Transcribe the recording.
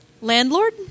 Landlord